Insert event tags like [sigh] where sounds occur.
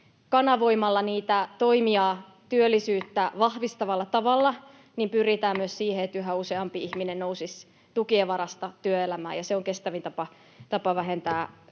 kanavoimalla niitä toimia, [noise] työllisyyttä vahvistavalla tavalla, [noise] pyritään myös siihen, että yhä useampi ihminen nousisi tukien varasta työelämään, ja se on kestävin tapa vähentää köyhyyttä.